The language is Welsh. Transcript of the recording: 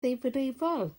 ddifrifol